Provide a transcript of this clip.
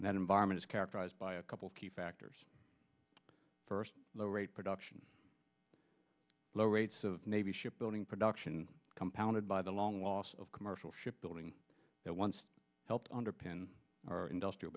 that environment is characterized by a couple of key factors first low rate production low rates of navy ship building production compounded by the long loss of commercial ship building that once helped underpin our industrial